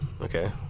Okay